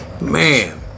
man